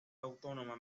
autónoma